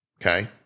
okay